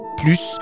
plus